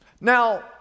now